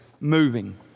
moving